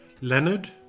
Leonard